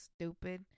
stupid